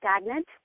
stagnant